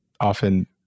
often